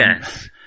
Yes